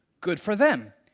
good for them!